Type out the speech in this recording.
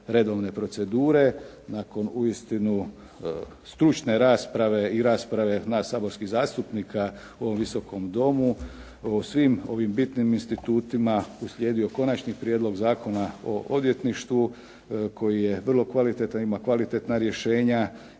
redovne procedure, nakon uistinu stručne rasprave i rasprave nas saborskih zastupnika u ovom Visokom domu o svim ovim bitnim institutima uslijedio Konačni prijedlog Zakona o odvjetništvu koji je vrlo kvalitetan i ima kvalitetna rješenja